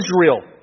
Israel